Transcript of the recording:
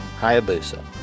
Hayabusa